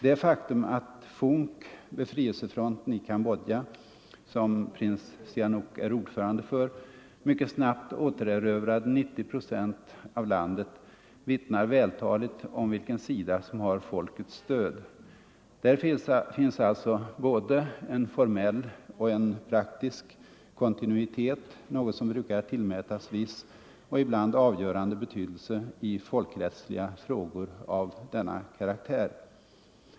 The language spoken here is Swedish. Det faktum att FUNK, befrielsefronten i Cambodja, som prins Sihanouk är ordförande för, mycket snabbt återerövrade 90 procent av landet, vittnar vältaligt om vilken sida som har folkets stöd. Där finns alltså både en formell och en praktisk kontinuitet, något som brukar tillmätas viss och ibland avgörande betydelse i folkrättsliga frågor av denna karaktär.